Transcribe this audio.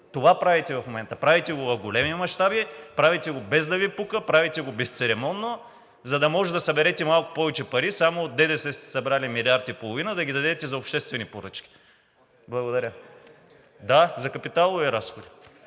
Това правите в момента. Правите го в големи мащаби, правите го, без да Ви пука, правите го безцеремонно, за да можете да съберете малко повече пари. Само от ДДС сте събрали милиард и половина, да ги дадете за обществени поръчки. Благодаря. (Реплики от